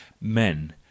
men